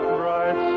bright